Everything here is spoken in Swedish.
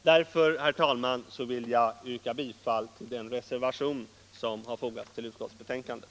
Därför, herr talman, yrkar jag bifall till den reservation som har fogats till utskottsbetänkandet.